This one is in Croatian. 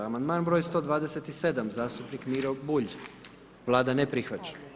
Amandman broj 127., zastupnik Miro Bulj, Vlada ne prihvaća